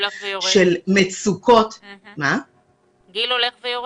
לגבי מצוקות -- הגיל הולך ויורד.